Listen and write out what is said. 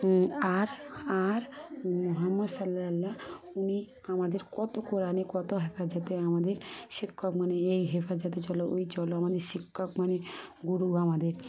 আর আর মুোহাম্মদ সাল্লাল্লাহ উনি আমাদের কত কোরআনে কত হেফাজতে আমাদের শিক্ষক মানে এই হেফাজতে চলো ওই চলো আমাদের শিক্ষক মানে গুরু আমাদের